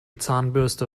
zahnbürste